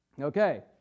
Okay